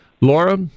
Laura